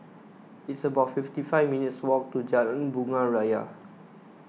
it's about fifty five minutes' walk to Jalan Bunga Raya